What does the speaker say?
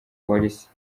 polisi